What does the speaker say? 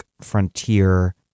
frontier